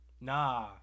Nah